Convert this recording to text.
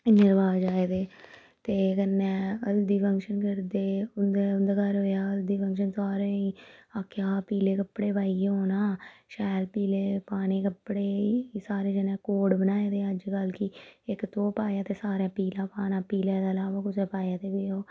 इन्ने रवाज़ आए दे ते कन्नै हल्दी फंगशन करदे उं'दे उं'दे घर होएआ हल्दी फंगशन सारें गी आखेआ हा पीले कपड़े पाइयै औना शैल पीले पाने कपड़े सारे जने कोड बनाए दे अज्जकल कि इक तूं पाया ते सारें पीला पाना पीले दे इलावा होर कुसै पाए ते ओह्